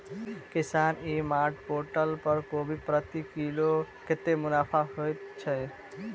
किसान e mart portal पर कोबी प्रति किलो कतै मुनाफा होइ छै?